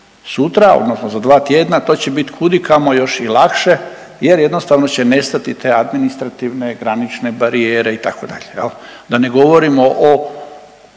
Sutra, odnosno za dva tjedna to će biti kudikamo još i lakše jer jednostavno će nestati te administrativne granične barijere, itd., je li? Da ne govorimo o